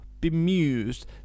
bemused